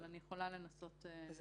אבל אני יכולה לנסות לבדוק.